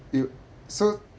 you so